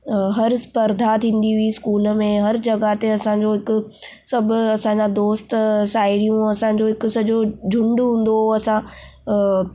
हर स्पर्धा थींदी हुई स्कूल में हर जॻहि ते असांजो हिकु सभु असांजा दोस्त साहिड़ियूं असां जो हिक सॼो जुंडु हूंदो हो असां